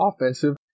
offensive